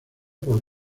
por